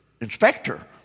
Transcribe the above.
Inspector